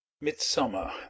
Midsummer